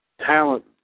talent